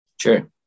Sure